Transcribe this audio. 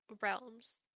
realms